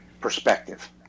Perspective